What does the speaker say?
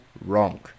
wrong